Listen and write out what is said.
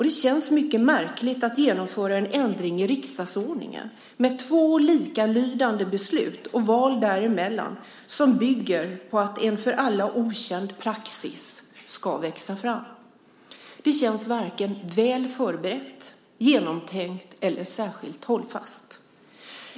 Det känns mycket märkligt att genomföra en ändring i riksdagsordningen med två likalydande beslut och val däremellan som bygger på att en för alla okänd praxis ska växa fram. Det känns varken väl förberett, genomtänkt eller särskilt hållfast.